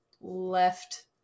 left